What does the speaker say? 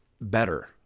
better